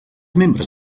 membres